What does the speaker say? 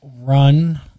run